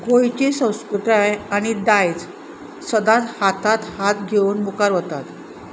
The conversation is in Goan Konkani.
गोंयची संस्कृताय आनी दायज सदांच हातांत हात घेवन मुखार वतात